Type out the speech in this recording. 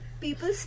people